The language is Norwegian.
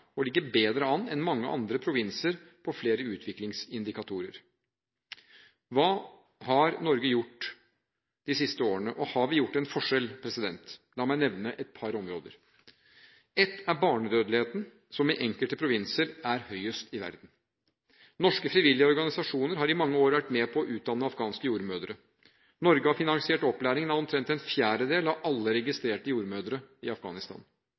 bedre an enn mange andre provinser på flere utviklingsindikatorer. Hva har Norge gjort de siste årene? Har vi gjort en forskjell? La meg nevne et par områder: Ett er barnedødeligheten, som i enkelte provinser er høyest i verden. Norske frivillige organisasjoner har i mange år vært med på å utdanne afghanske jordmødre. Norge har finansiert opplæringen av omtrent en fjerdedel av alle registrerte jordmødre i Afghanistan.